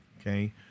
okay